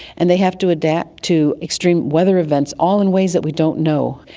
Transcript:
and they have to adapt to extreme weather events, all in ways that we don't know.